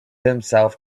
himself